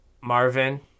Marvin